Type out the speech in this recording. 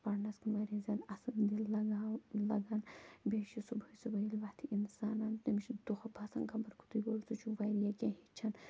پرنَس کُن واریاہ زیادٕ اَصٕل دِل لگاو لَگان بیٚیہِ چھُ صُبحٲے صبُحٲے ییٚلہِ وۅتھِ اِنسانن تٔمِس چھُ دۄہ باسان خبر کوٗتُے بوٚڈ سُہ چھُ واریاہ کیٚنٛہہ ہیچھان